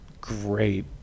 great